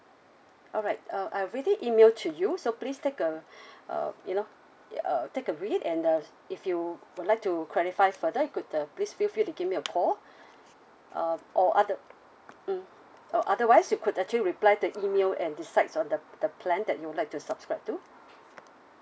alright uh I already emailed to you so please take a uh you know uh take a read and uh if you would like to clarify further you could uh please feel free to give me a call um or other mm or otherwise you could actually reply the email and decides on the the plan that you would like to subscribe to